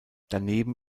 daneben